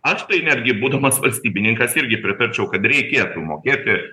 aš tai netgi būdamas valstybininkas irgi pritarčiau kad reikėtų mokėti